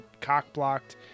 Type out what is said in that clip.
cock-blocked